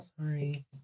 sorry